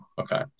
okay